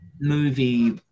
movie